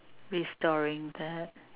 restoring that